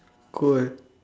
cool